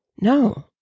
No